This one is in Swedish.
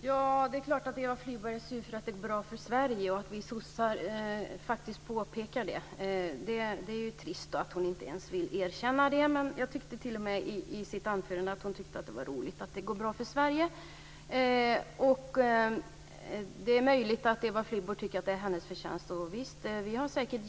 Fru talman! Det är klart att Eva Flyborg är sur för att det går bra för Sverige och för att vi sossar faktiskt påpekar det. Det är trist att hon inte ens vill erkänna detta. Men i hennes anförande tyckte jag mig höra att hon tyckte att det var roligt att det går bra för Sverige. Det är möjligt att Eva Flyborg tycker att det är hennes förtjänst, och visst - det flesta politiska partier har säkert